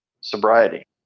sobriety